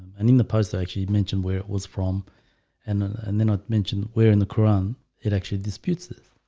and in the poster actually mentioned where it was from and and they're not mentioned where in the koran it actually disputes this.